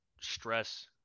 stress